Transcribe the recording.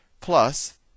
plus